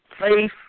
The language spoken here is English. faith